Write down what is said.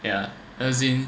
ya as in